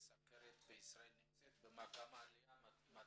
הסוכרת בישראל נמצאת במגמת עליה מתמקדת,